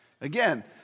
Again